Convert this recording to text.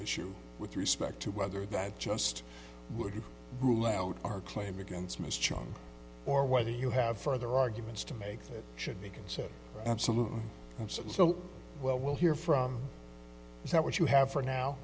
issue with respect to whether that just would rule out our claim against ms chung or whether you have further arguments to make that should be considered absolutely no so well we'll hear from you that what you have for now